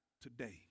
today